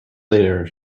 later